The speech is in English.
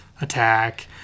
attack